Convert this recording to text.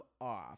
off